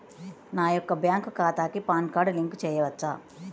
నా యొక్క బ్యాంక్ ఖాతాకి పాన్ కార్డ్ లింక్ చేయవచ్చా?